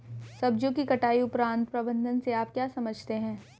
सब्जियों की कटाई उपरांत प्रबंधन से आप क्या समझते हैं?